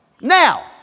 Now